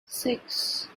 six